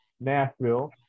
Nashville